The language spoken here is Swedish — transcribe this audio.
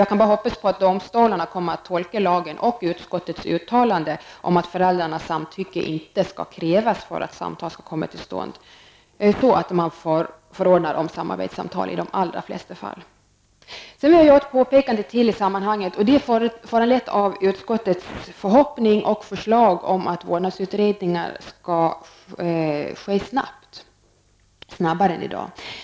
Jag kan bara hoppas att domstolarna kommer att tolka lagen och utskottets uttalande om att föräldrarnas samtycke inte skall krävas för att samtal skall komma till stånd så, att man i de allra flesta fall förordnar om samarbetssamtal. Jag vill i sammanhanget göra ännu ett påpekande, föranlett av utskottets förhoppning och förslag om att vårdnadsutredningar skall ske snabbt, snabbare än i dag.